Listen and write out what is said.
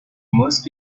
most